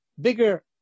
bigger